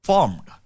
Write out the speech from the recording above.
Formed